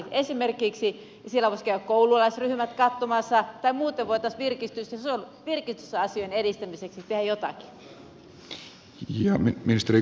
siellä voisi esimerkiksi käydä koululaisryhmät katsomassa tai muuten voitaisiin virkistysasioiden edistämiseksi tehdä jotakin